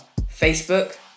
Facebook